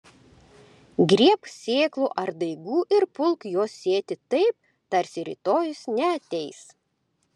griebk sėklų ar daigų ir pulk juos sėti taip tarsi rytojus neateis